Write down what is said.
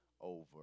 over